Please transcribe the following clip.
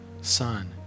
son